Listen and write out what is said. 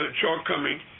shortcoming